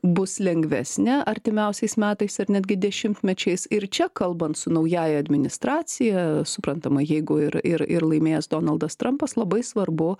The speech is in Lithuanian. bus lengvesnė artimiausiais metais ar netgi dešimtmečiais ir čia kalbant su naująja administracija suprantama jeigu ir ir ir laimėjęs donaldas trampas labai svarbu